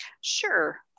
Sure